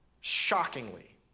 Shockingly